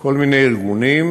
כל מיני ארגונים,